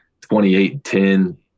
28-10